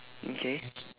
okay